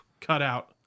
cutout